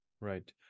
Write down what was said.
Right